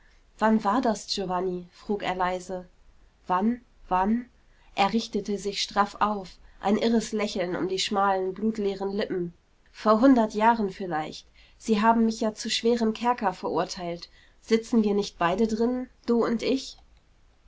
wann war das giovanni frug er leise wann wann er richtete sich straff auf ein irres lächeln um die schmalen blutleeren lippen vor hundert jahren vielleicht sie haben mich ja zu schwerem kerker verurteilt sitzen wir nicht beide drinnen du und ich